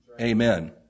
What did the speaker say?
Amen